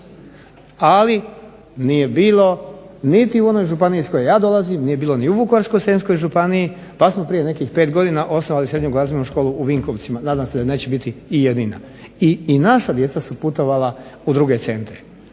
Ali, nije bilo niti u onoj županiji iz koje ja dolazim, nije bilo ni u Vukovarsko-srijemskoj županiji pa smo prije nekih 5 godina osnovali srednju glazbenu školu u Vinkovcima. Nadam se da neće biti i jedina. I naša djeca su putovala u druge centre.